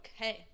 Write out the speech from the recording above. Okay